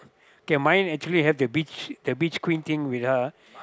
K mine actually have the beach the beach queen thing with a